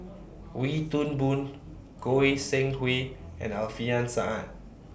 Wee Toon Boon Goi Seng Hui and Alfian Sa'at